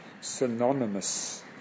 synonymous